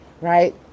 Right